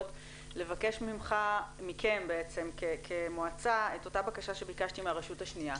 לבקש מכם כמועצה את אותה בקשה שביקשתי מהרשות השניה.